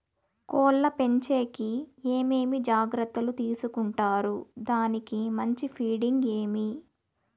కోళ్ల పెంచేకి ఏమేమి జాగ్రత్తలు తీసుకొంటారు? దానికి మంచి ఫీడింగ్ ఏమి?